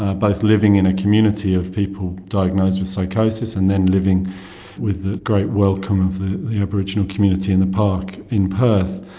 ah both living in a community of people diagnosed with psychosis, and then living with the great welcome of the the aboriginal community in the park in perth.